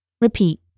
repeat